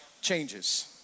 changes